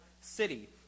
city